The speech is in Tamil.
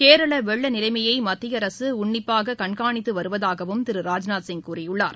கேரள வெள்ள நிலைமையை மத்திய அரசு உன்னிப்பாக கண்காணித்து வருவதாகவும் திரு ராஜ்நாத்சிங் கூறியுள்ளார்